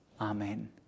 Amen